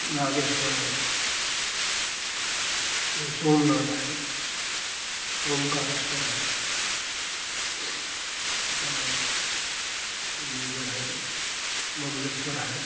नागेश्वर है सोमनाथ है ओंकारेश्वर है और जो है ममलेश्वर है